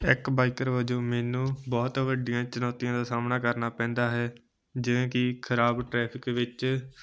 ਇੱਕ ਬਾਈਕਰ ਵਜੋਂ ਮੈਨੂੰ ਬਹੁਤ ਵੱਡੀਆਂ ਚੁਣੌਤੀਆਂ ਦਾ ਸਾਹਮਣਾ ਕਰਨਾ ਪੈਂਦਾ ਹੈ ਜਿਵੇਂ ਕਿ ਖ਼ਰਾਬ ਟਰੈਫਿਕ ਵਿੱਚ